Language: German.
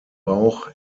bauch